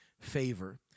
favor